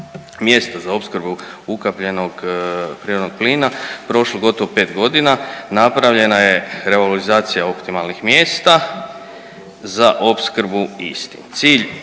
za opskrbu ukapljenog prirodnog plina, prošlo gotovo 5.g. napravljena je revalorizacija optimalnih mjesta za opskrbu istih.